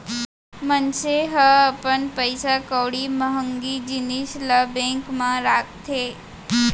मनसे ह अपन पइसा कउड़ी महँगी जिनिस ल बेंक म राखथे